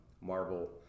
marble